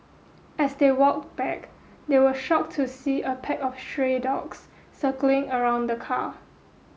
as they walked back they were shocked to see a pack of stray dogs circling around the car